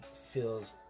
feels